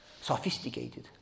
sophisticated